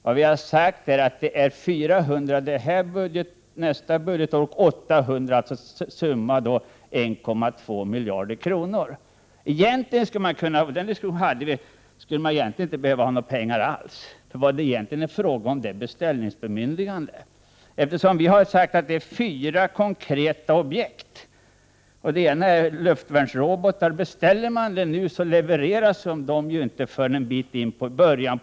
Vad vi sagt är att det är 400 milj.kr. det här budgetåret och 800 milj.kr. nästa budgetår, alltså summa 1,2 miljarder kronor. Egentligen skulle man inte behöva ha några pengar alls, för vad det är fråga om är beställningsbemyndigande. Vi har sagt att det är fyra konkreta objekt. Det första är luftvärnsrobotar. Beställer man nu, så levereras de ju inte förrän i början av 90-talet.